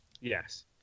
Yes